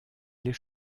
lès